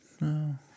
no